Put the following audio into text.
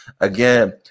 Again